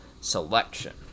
selection